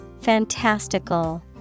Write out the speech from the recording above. fantastical